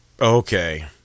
okay